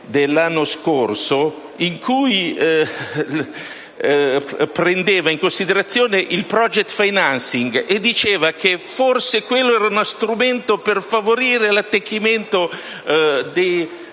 dell'anno scorso, prendeva in considerazione il *project financing* ed evidenziava che forse quello era uno strumento per favorire l'attecchimento di